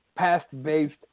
past-based